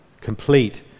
complete